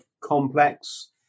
complex